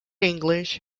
english